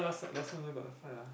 last last time also got the fight lah